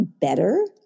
better